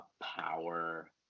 power